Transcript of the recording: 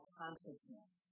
consciousness